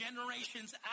generations